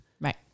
right